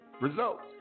results